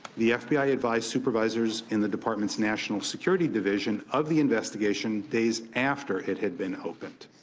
the f b i. advised supervisors in the department's national security division of the investigation days after it had been opened.